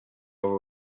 over